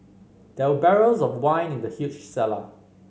there were barrels of wine in the huge cellar